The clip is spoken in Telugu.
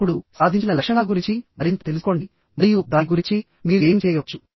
ఇప్పుడు సాధించిన లక్షణాల గురించి మరింత తెలుసుకోండి మరియు దాని గురించి మీరు ఏమి చేయవచ్చు